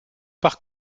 par